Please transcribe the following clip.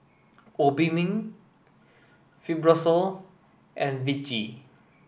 Obimin Fibrosol and Vichy